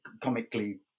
comically